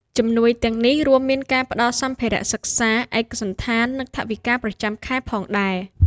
ជំនួយទាំងនេះរួមមានការផ្តល់សម្ភារៈសិក្សា ឯកសណ្ឋាន និងថវិកាប្រចាំខែផងដែរ។